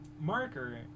marker